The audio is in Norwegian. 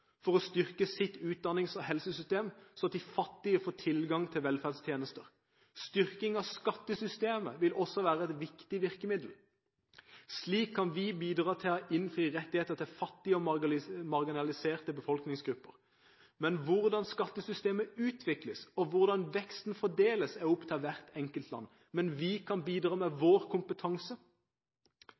for å styrke sitt utdannings- og helsesystem, slik at de fattige får tilgang til velferdstjenester. Styrking av skattesystemet vil også være et viktig virkemiddel. Slik kan vi bidra til å innfri rettighetene til fattige og marginaliserte befolkningsgrupper. Hvordan skattesystemet utvikles og veksten fordeles, er opp til hvert enkelt land, men vi kan bidra med vår kompetanse.